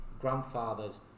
grandfather's